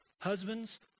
husbands